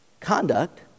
Conduct